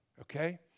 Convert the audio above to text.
okay